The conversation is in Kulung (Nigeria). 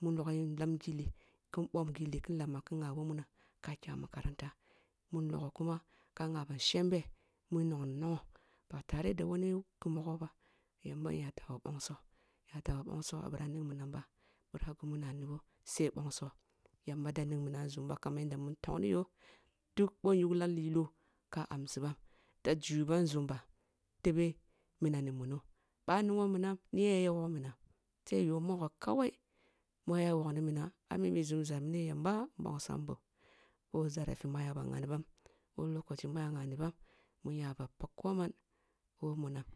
mun logham nlam gillih kin bom gilli kin lama kin ngha bi woh munam ka kya makaranta mun logho kum ka ngha bam shembo kin nongai shemb oba taro da wani ghi mogho bah yamba na tah boh bongso-nya tah boh bongsoah bira ning minam ba, ba ghi mu nnani boh sa, bonso yamba da ning minan ah nzum ba kaman yanda ntongn yo duk boh nyuglam lilo ka bongsi bam da juyi bam nzum ba tebe minam i muna ъah ningho minam myen ya wog minam sai yo kawal ya wog minam am, nzunza mu ya wogni minam amimi nzumza mini yamba nbong sam boh who zarafi mu aga ngha ni bam who lokochi mu aya ngha ni bam nya ba pag ko man woh munam.